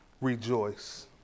rejoice